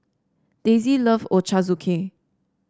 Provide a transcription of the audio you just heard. Daisey love Ochazuke